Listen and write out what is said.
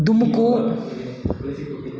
ಧುಮುಕು